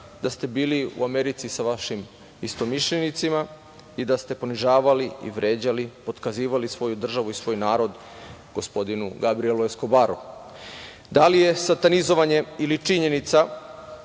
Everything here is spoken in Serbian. da ste bili u Americi sa vašim istomišljenicima i da ste ponižavali i vređali, potkazivali svoju državu i svoj narod, gospodinu Gabrijelu Eskobaru? Da li je satanizovanje ili činjenica